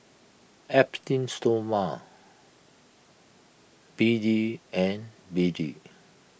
teem Stoma B D and B D